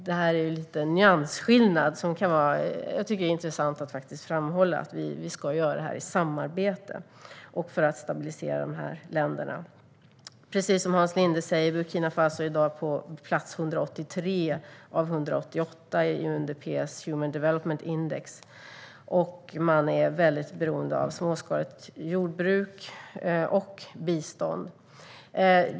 Det är en nyansskillnad som jag tycker kan vara intressant att framhålla: Vi ska göra detta i samarbete och för att stabilisera dessa länder. Precis som Hans Linde säger är Burkina Faso i dag på plats 183 av 188 i UNDP:s Human Development Index, och man är väldigt beroende av småskaligt jordbruk och bistånd.